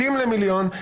מתים למיליון,